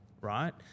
right